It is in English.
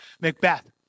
Macbeth